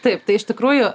taip tai iš tikrųjų